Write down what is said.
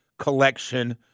collection